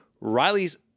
Riley's